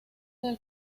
del